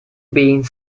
being